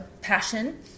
passion